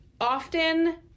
Often